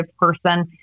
person